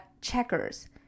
checkers